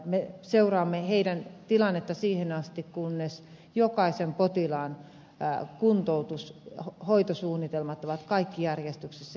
me seuraamme heidän tilannettaan siihen asti kunnes jokaisen potilaan kuntoutus ja hoitosuunnitelmat ovat kaikki järjestyksessä